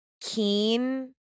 keen